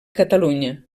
catalunya